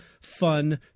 fun